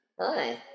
Hi